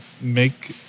make